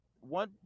one